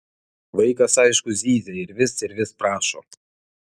vaikas aišku zyzia ir vis ir vis prašo